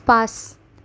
পাঁচ